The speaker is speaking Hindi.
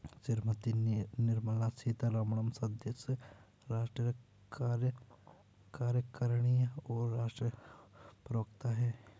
श्रीमती निर्मला सीतारमण सदस्य, राष्ट्रीय कार्यकारिणी और राष्ट्रीय प्रवक्ता हैं